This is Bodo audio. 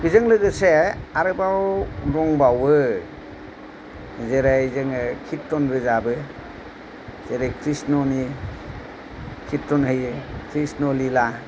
बिजों लोगोसे आरोबाव दंबावो जेरै जोङो किरटन रोजाबो जेरै क्रिस्न'नि किरटन होयो क्रिस्न' लिला